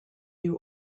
you